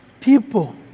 people